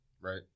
Right